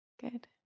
Good